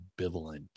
ambivalent